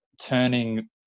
turning